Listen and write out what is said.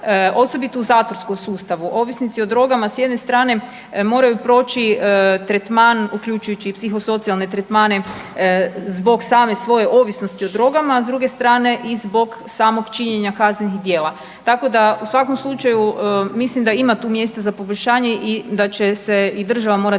osobito u zatvorskom sustavu, ovisnici o drogama s jedne strane moraju proći tretman uključujući i psihosocijalne tretmane zbog same svoje ovisnosti o drogama, a s druge strane i zbog samom činjenja kaznenih djela. Tako da u svakom slučaju mislim da ima tu mjesta za poboljšanje i da će se i država morati